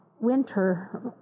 winter